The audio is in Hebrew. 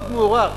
מאוד מוערך,